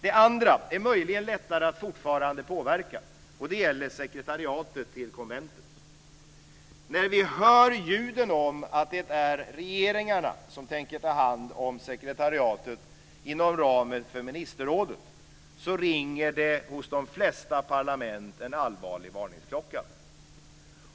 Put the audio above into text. Det andra är möjligen lättare att fortfarande påverka. Det gäller sekretariatet till konventet. När vi hör att det är regeringarna som tänker ta hand om sekretariatet inom ramen för ministerrådet ringer det hos de flesta parlament en allvarlig varningsklocka.